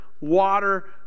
water